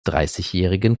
dreißigjährigen